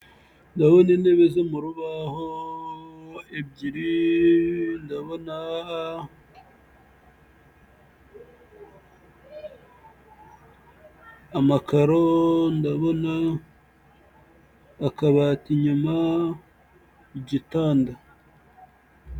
Ndabona intebe zo mu rubaho ebyiri, ndabona amakaro, ndabona akabati inyuma, igitanda.